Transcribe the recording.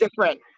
different